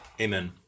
amen